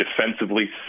defensively